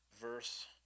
verse